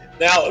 Now